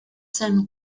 sein